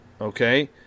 Okay